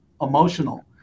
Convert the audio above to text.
emotional